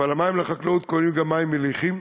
אבל המים לחקלאות כוללים גם מים מליחים.